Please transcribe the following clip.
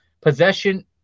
possession